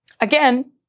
Again